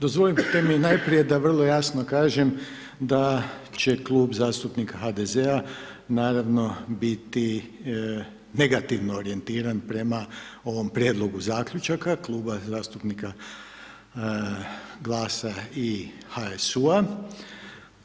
Dozvolite mi da vrlo jasno kažem da će Klub zastupnika HDZ-a naravno biti negativno orijentiran prema ovom prijedlogu zaključaka Kluba zastupnika GLAS-a i HSU-a.